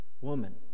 woman